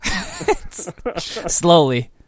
Slowly